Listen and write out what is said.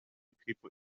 people